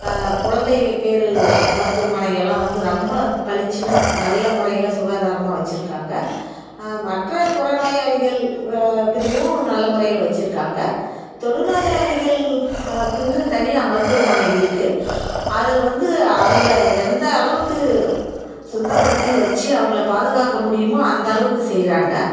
குழந்தை பேறு மருத்துவமனையெல்லாம் வந்து ரொம்ப பளிச்சுனு நல்ல முறையில் சுகாதாரமாக வச்சுருக்காங்க மற்ற புறநோயாளிகள் பிரிவும் நல்ல முறையில் வச்சுருக்காங்க தொழுநோயாளிகள் இக்குனு தனியாக மருத்துவமனை இருக்குது அதில் வந்து அவங்கள எந்த அளவுக்கு சுத்தப்படுத்தி வச்சு அவங்கள பாதுகாக்க முடியுமோ அந்தளவுக்கு செய்கிறாங்க